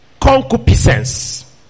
concupiscence